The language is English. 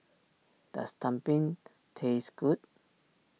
does Tumpeng taste good